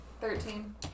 Thirteen